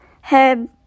head